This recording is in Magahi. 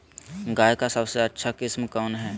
गाय का सबसे अच्छा किस्म कौन हैं?